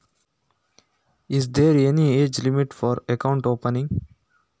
ಖಾತೆ ತೆರೆಯಲು ವರ್ಷಗಳ ಮಿತಿ ಇದೆಯೇ?